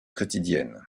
quotidienne